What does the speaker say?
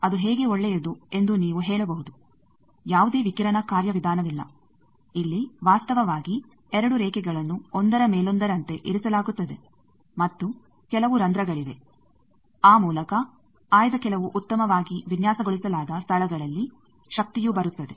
ಅದು ಹೇಗೆ ಒಳ್ಳೆಯದು ಎಂದು ನೀವು ಹೇಳಬಹುದು ಯಾವುದೇ ವಿಕಿರಣ ಕಾರ್ಯವಿಧಾನವಿಲ್ಲ ಇಲ್ಲಿ ವಾಸ್ತವವಾಗಿ 2 ರೇಖೆಗಳನ್ನು ಒಂದರ ಮೇಲೊಂದರಂತೆ ಇರಿಸಲಾಗುತ್ತದೆ ಮತ್ತು ಕೆಲವು ರಂಧ್ರಗಳಿವೆ ಆ ಮೂಲಕ ಆಯ್ದ ಕೆಲವು ಉತ್ತಮವಾಗಿ ವಿನ್ಯಾಸಗೊಳಿಸಲಾದ ಸ್ಥಳಗಳಲ್ಲಿ ಶಕ್ತಿಯು ಬರುತ್ತದೆ